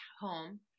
home